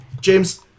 James